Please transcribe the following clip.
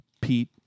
Pete